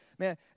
Man